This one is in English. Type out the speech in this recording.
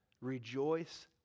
Rejoice